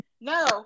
No